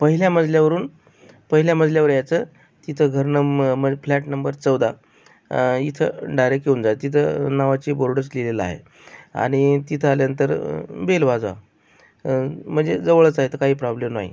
पहिल्या मजल्यावरून पहिल्या मजल्यावर यायचं तिथं घर नंबर म्हणजे फ्लॅट नंबर चौदा इथं डायरेक्ट येऊन जा तिथं नावाची बोर्डच लिहिलेला आहे आणि तिथं आल्यानंतर बेल वाजवा म्हणजे जवळच आहे तर काही प्रॉब्लेम नाही